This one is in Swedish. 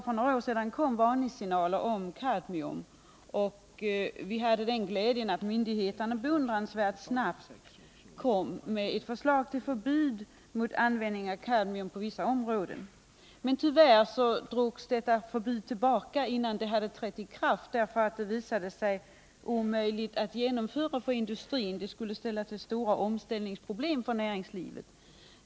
För några år sedan kom det varningssignaler om kadmium, och vi hade den glädjen att myndigheterna beundransvärt snabbt föreslog förbud mot användning av kadmium på vissa områden. Men tyvärr drogs detta förbud tillbaka innan det hade trätt i kraft. Det visade sig omöjligt att genomföra, eftersom det skulle förorsaka stora omställningsproblem för näringslivet.